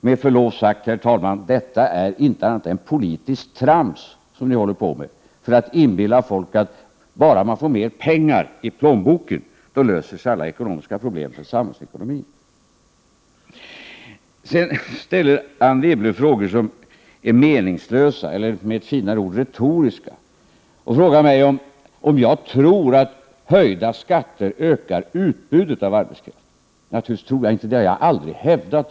Med förlov sagt, herr talman, detta är inte annat än politiskt trams för att inbilla folk att bara man får mer pengar i plånboken löser sig alla ekonomiska problem för samhällsekonomin. Sedan ställer Anne Wibble frågor som är meningslösa, eller med ett finare ord retoriska. Hon frågar mig om jag tror att höjda skatter ökar utbudet av arbetskraft. Naturligtvis tror jag inte det, och det har jag aldrig hävdat.